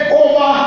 over